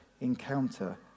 encounter